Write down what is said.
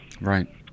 Right